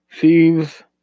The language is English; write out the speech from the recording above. thieves